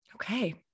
Okay